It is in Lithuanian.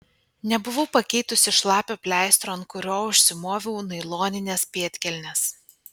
nebuvau pakeitusi šlapio pleistro ant kurio užsimoviau nailonines pėdkelnes